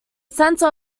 centre